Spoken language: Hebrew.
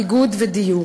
ביגוד ודיור.